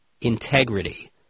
Integrity